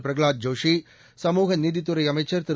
பிரகலாத் ஜோஷி சமூக நீதித்துறை அமைச்சர் திரு